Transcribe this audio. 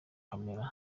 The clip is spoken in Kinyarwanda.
kamara